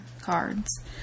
cards